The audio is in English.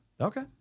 Okay